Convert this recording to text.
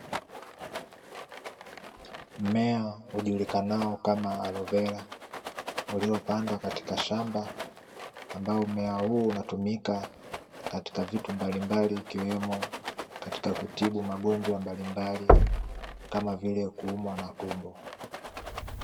Mmea ujulikanao kama 'aloevera' uliopandwa katika shamba ambao mmea huu unatumika katika vitu mbalimbali ikiwemo katika kutibu magonjwa mbalimbali kama vile kuumwa na tumbo.